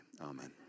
Amen